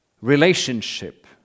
Relationship